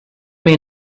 may